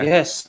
Yes